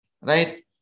right